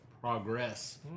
progress